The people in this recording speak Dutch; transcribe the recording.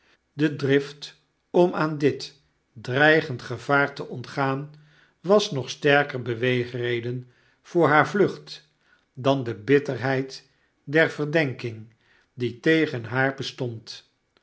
de drift om aan dit dreigend gevaar te ontgaan was nog sterker beweegreden voor hare vlucht dan de bitterheid der verdenking die tegen haar bestond